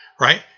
right